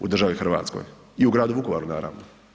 u državi Hrvatskoj i u gradu Vukovaru naravno.